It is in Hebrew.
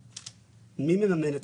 מי מממן את המדינה?